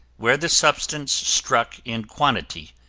where the substance struck in quantity,